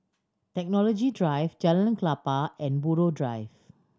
Technology Drive Jalan Klapa and Buroh Drive